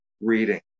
reading